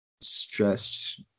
stressed